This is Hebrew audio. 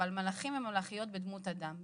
אבל מלאכים ומלאכיות בדמות אדם.